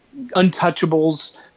Untouchables